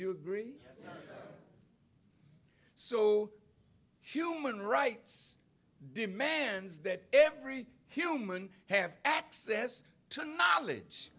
you agree so human rights demands that every human have access to knowledge